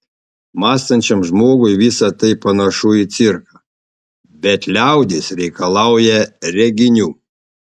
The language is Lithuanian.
mąstančiam žmogui visa tai panašu į cirką bet liaudis reikalauja reginių